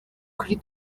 kuri